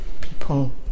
people